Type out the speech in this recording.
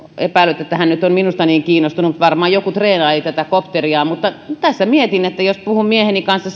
epäillyt että hän nyt on minusta niin kiinnostunut varmaan joku treenaili tätä kopteriaan mutta tässä mietin että jos puhun mieheni kanssa